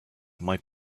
might